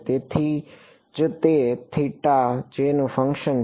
તેથી તેથી જ તે નું ફંક્શન